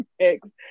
next